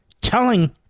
telling